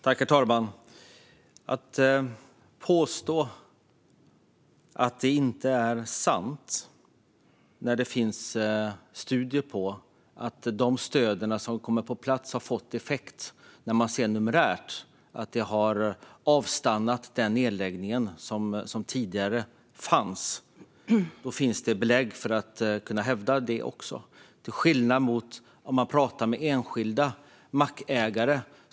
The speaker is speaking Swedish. Herr talman! Helena Lindahl påstår att det inte är sant. Men det finns studier som visar att de stöd som har kommit på plats har gett effekt. När man tittar numerärt kan man se att nedläggningarna har avstannat. Det finns alltså belägg för att hävda det, till skillnad från när man pratar med enskilda mackägare.